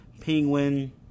Penguin